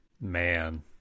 Man